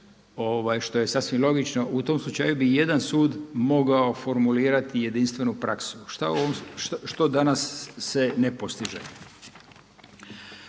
što je sasvim logično. U tom slučaju bi jedan sud mogao formulirati jedinstvenu praksu što danas se ne postiže.